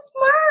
smart